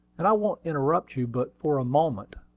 and i won't interrupt you but for a moment.